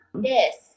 Yes